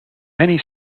many